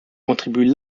contribue